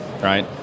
right